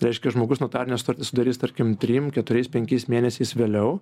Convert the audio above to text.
reiškia žmogus notarines sutartis sudarys tarkim trim keturiais penkiais mėnesiais vėliau